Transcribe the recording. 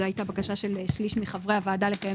זו הייתה בקשה של שליש מחברי הוועדה לקיים